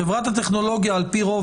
חברת הטכנולוגיה על פי רוב,